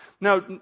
Now